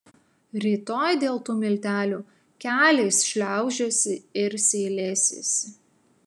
rytoj dėl tų miltelių keliais šliaužiosi ir seilėsiesi